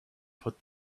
put